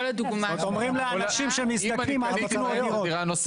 אומרים לאנשים שמתסכלים, אל תקנו עוד דירות.